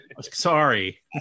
Sorry